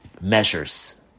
measures